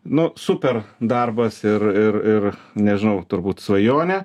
nu super darbas ir ir ir nežinau turbūt svajonė